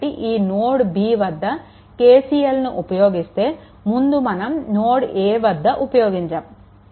కాబట్టి ఈ node B వద్ద KCLని ఉపయోగిస్తే ముందు మనం నోడ్ A వద్ద ఉపయోగించాము